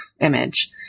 image